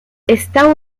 está